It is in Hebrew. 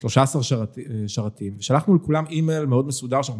שלושה עשר שרתים, שרתים ושלחנו לכולם אימייל מאוד מסודר